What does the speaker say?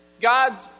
God's